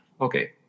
Okay